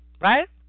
Right